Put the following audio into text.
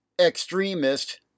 extremist